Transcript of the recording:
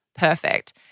Perfect